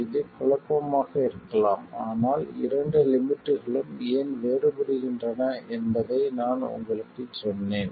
இது குழப்பமாக இருக்கலாம் ஆனால் இரண்டு லிமிட்களும் ஏன் வேறுபடுகின்றன என்பதை நான் உங்களுக்குச் சொன்னேன்